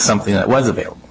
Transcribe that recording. something that was avail